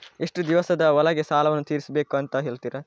ಎಷ್ಟು ದಿವಸದ ಒಳಗೆ ಸಾಲವನ್ನು ತೀರಿಸ್ಬೇಕು ಅಂತ ಹೇಳ್ತಿರಾ?